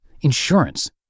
insurance